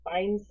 Find